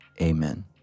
amen